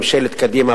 ממשלת קדימה,